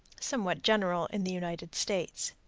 somewhat general in the united states.